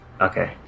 Okay